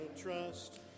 trust